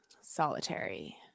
Solitary